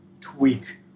tweak